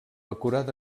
acurada